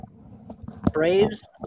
Braves